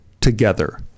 together